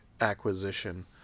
acquisition